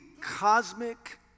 cosmic